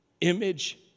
Image